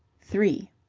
three